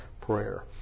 prayer